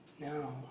No